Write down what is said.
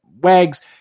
Wags